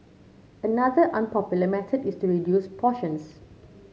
another unpopular method is to reduce portions